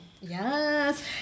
Yes